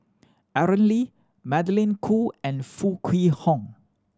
Aaron Lee Magdalene Khoo and Foo Kwee Horng